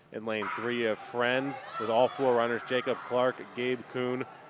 in lane three of friends, with all four runners jacob clark, gabe kuhn,